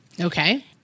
Okay